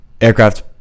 Aircraft